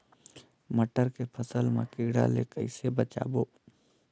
मटर के फसल मा कीड़ा ले कइसे बचाबो?